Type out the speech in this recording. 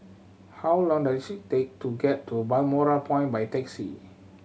how long does it take to get to Balmoral Point by taxi